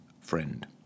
friend